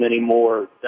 anymore